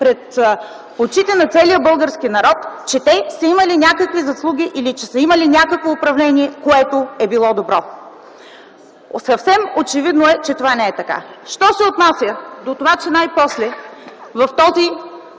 пред очите на целия български народ, че те имали някакви заслуги или че са имали някакво управление, което е било по-добро. Съвсем очевидно е, че това не е така. Що се отнася до това, че най-после чрез този